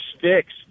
fixed